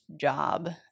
job